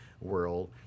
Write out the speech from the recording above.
world